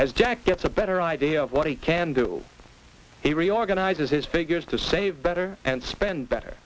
as jack gets a better idea of what he can do it reorganizes his figures to save better and